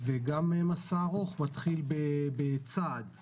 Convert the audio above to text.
וגם מסע ארוך מתחיל בצעד ראשון.